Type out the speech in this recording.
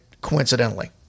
coincidentally